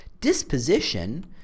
Disposition